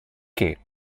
che